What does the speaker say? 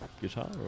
guitar